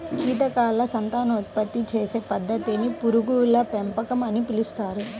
కీటకాల సంతానోత్పత్తి చేసే పద్ధతిని పురుగుల పెంపకం అని పిలుస్తారు